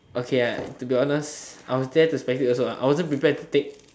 okay ah to be honest I was to spectate also ah I wasn't prepared to take